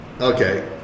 Okay